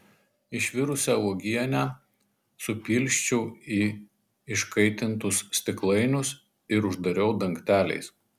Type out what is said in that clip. išvirusią uogienę supilsčiau į iškaitintus stiklainius ir uždariau dangteliais